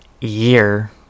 year